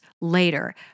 later